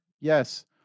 Yes